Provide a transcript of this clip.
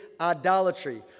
idolatry